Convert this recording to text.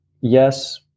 yes